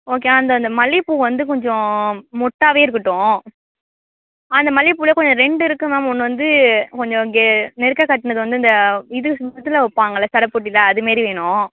okay அந்த அந்த மல்லிகைப்பூ வந்து கொஞ்சம் மொட்டாகவே இருக்கட்டும் அந்த மல்லிகைப்பூலே கொஞ்சம் ரெண்டு இருக்குது மேம் ஒன்று வந்து கொஞ்சம் கே நெருக்க கட்டினது வந்து இந்த இது இதில் வைப்பாங்கள சடை போட்டியில அது மாரி வேணும்